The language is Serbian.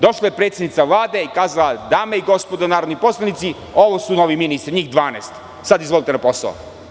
Došla je predsednica Vlade i kazala – dame i gospodo narodni poslanici, ovo su novi ministri, njih 12, sada na posao.